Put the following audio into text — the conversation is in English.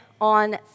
on